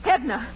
Edna